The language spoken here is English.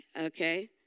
Okay